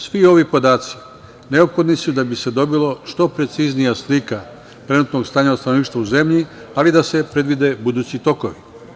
Svi ovi podaci neophodni su da bi se dobila što preciznija slika trenutnog stanja stanovništva u zemlji, ali da se predvide budući tokovi.